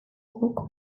guk